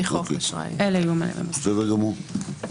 בסדר גמור.